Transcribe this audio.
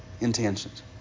intentions